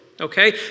okay